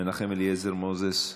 מנחם אליעזר מוזס,